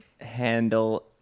handle